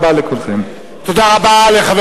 תודה רבה לכולכם.